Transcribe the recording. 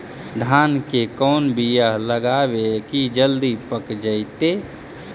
धान के कोन बियाह लगइबै की जल्दी पक जितै?